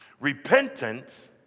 Repentance